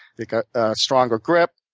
they got stronger grip,